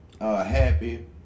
Happy